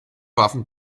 waffen